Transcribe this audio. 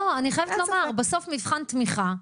לא, אני חייבת לומר, בסוף מבחן תמיכה,